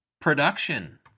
production